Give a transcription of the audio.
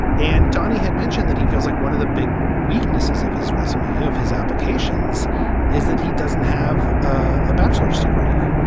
and donny had mentioned that he feels like one of the big weaknesses of his resume, of his applications is that he doesn't have a bachelors degree.